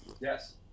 Yes